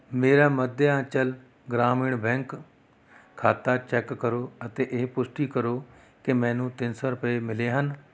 ਮੇਰਾ ਮੱਧਯਾਂਚਲ ਗ੍ਰਾਮੀਣ ਬੈਂਕ ਖਾਤਾ ਚੈੱਕ ਕਰੋ ਅਤੇ ਇਹ ਪੁਸ਼ਟੀ ਕਰੋ ਕਿ ਮੈਨੂੰ ਤਿੰਨ ਸੌ ਰੁਪਏ ਮਿਲੇ ਹਨ